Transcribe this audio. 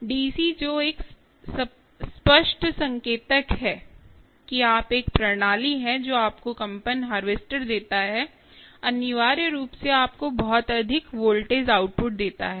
DC जो एक स्पष्ट संकेतक है कि आप एक प्रणाली हैं जो आपको कंपन हार्वेस्टर देता है अनिवार्य रूप से आपको बहुत अधिक वोल्टेज आउटपुट देता है